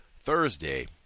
Thursday